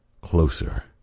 Closer